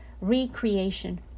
recreation